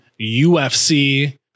UFC